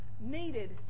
needed